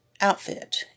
outfit